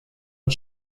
und